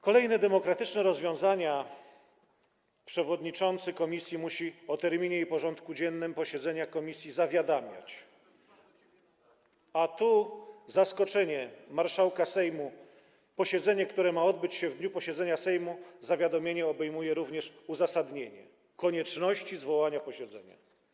Kolejne demokratyczne rozwiązania: przewodniczący komisji musi zawiadamiać o terminie i porządku dziennym posiedzenia komisji - a to zaskoczenie - marszałka Sejmu, a w przypadku posiedzenia, które ma odbyć się w dniu posiedzenia Sejmu, zawiadomienie obejmuje również uzasadnienie konieczności zwołania posiedzenia.